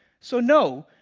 so no,